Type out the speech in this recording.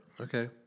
okay